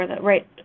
right